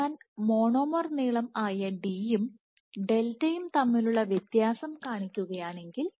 ഞാൻ മോണോമർ നീളം ആയ d യും ഡെൽറ്റയും തമ്മിലുള്ള വ്യത്യാസം കാണിക്കുകയാണെങ്കിൽ